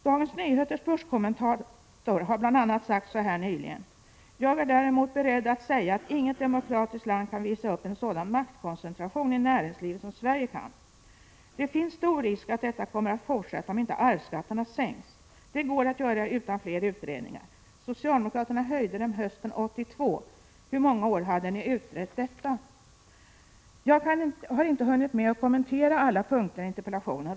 Dagens Nyheters börskommentator har nyligen sagt så här: ”Jag är däremot beredd att säga att inget demokratiskt land kan visa upp en sådan maktkoncentration i näringslivet som Sverige kan.” Det finns stor risk att detta kommer att fortsätta om man inte sänker arvsskatterna. Det går att göra utan fler utredningar. Socialdemokraterna höjde dem hösten 1982. Hur många år hade ni utrett detta? Jag har inte hunnit kommentera alla punkter i interpellationen.